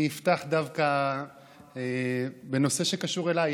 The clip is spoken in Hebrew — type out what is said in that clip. אני אפתח דווקא בנושא שקשור אלייך,